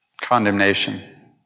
condemnation